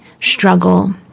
struggle